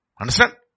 Understand